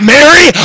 Mary